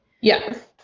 Yes